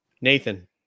Nathan